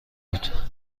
بود